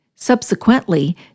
Subsequently